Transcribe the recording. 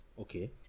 Okay